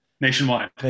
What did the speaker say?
Nationwide